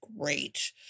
great